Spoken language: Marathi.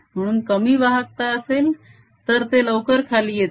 म्हणून कमी वाहकता असेल तर ते लवकर खाली येते